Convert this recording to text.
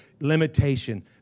Limitation